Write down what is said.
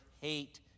hate